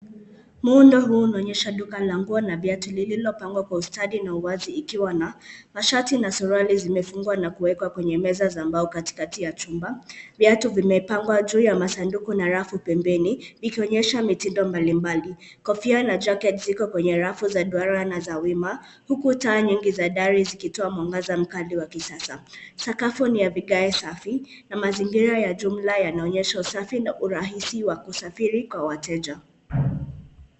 Muundo huu unaonyesha duka la nguo na viatu lililopangwa kwa ustadi na uwazi ikiwa na, mashati na suruali, zimefungwa na kuwekwa kwenye meza za mbao katikati ya chumba. Viatu vimepangwa juu ya masanduku na rafu pembeni vikionyesha mitindo mbalimbali. Kofia na jacket ziko kwenye rafu za duara na za wima, huku taa nyingi za dari zikitoa mwanga mkali wa kisasa. Sakafu ni ya vigae safi na mazingira ya jumla yanaonyesha usafi na urahisi wa kusafiri kwa wateja.